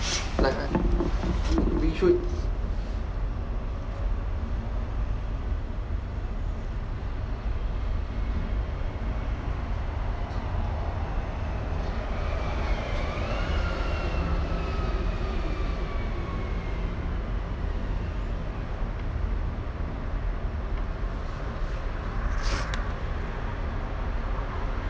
like I we should